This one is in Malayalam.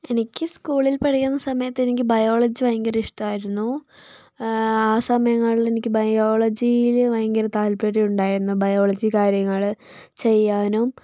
എനിക്ക് സ്കൂളിൽ പഠിക്കുന്ന സമയത്ത് എനിക്ക് ബയോളജി ഭയങ്കര ഇഷ്ടമായിരുന്നു ആ സമയങ്ങളിൽ എനിക്ക് ബയോളജിയിൽ ഭയങ്കര താൽപര്യം ഉണ്ടായിരുന്നു ബയോളജി കാര്യങ്ങൾ ചെയ്യാനും